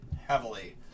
heavily